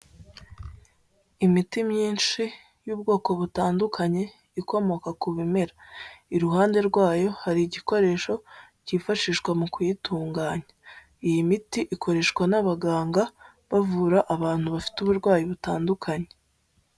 Imiti myinshi y'ubwoko butandukanye ikomoka ku bimera, iruhande rwayo hari igikoresho cyifashishwa mu kuyitunganya. Iyi miti ikoreshwa n'abaganga bavura abantu bafite uburwayi butandukanye.